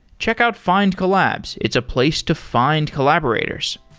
checkout findcollabs. it's a place to find collaborators.